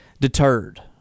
deterred